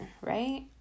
right